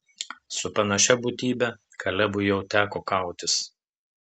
su panašia būtybe kalebui jau teko kautis